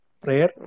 prayer